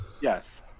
Yes